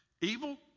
evil